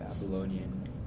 Babylonian